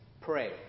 Pray